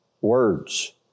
words